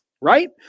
right